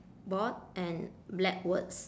board and black words